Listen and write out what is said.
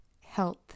health